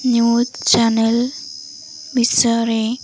news channel ବିଷୟରେ